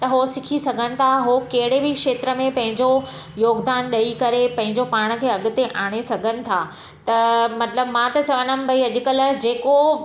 त उहो सिखी सघनि था उहो कहिड़े बि क्षेत्र में पंहिंजो योगदान ॾेई करे पंहिंजो पाण खे अॻिते आणे सघनि था त मतिलबु मां त चवंदमि भाई अॼुकल्ह जेको